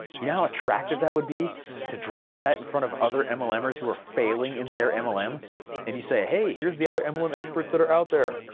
you know how attractive that would be to drop that in front of other mlmers who are failing in their and mlm um and you say hey, here's the other mlm experts that are out there,